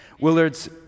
Willard's